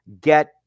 get